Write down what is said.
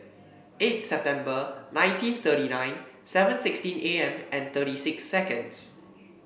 eight September nineteen thirty nine seven sixteen A M and thirty six seconds